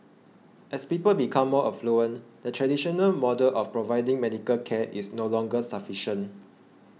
as people become more affluent the traditional model of providing medical care is no longer sufficient